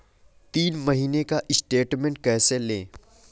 तीन महीने का स्टेटमेंट कैसे लें?